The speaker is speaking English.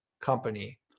company